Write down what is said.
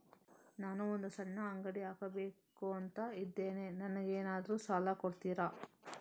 ನಾನು ಒಂದು ಸಣ್ಣ ಅಂಗಡಿ ಹಾಕಬೇಕುಂತ ಇದ್ದೇನೆ ನಂಗೇನಾದ್ರು ಸಾಲ ಕೊಡ್ತೀರಾ?